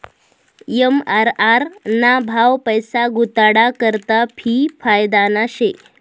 MIRR ना भाव पैसा गुताडा करता भी फायदाना शे